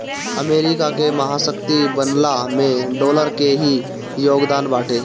America के महाशक्ति बनला में डॉलर के ही योगदान बाटे